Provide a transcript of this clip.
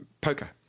poker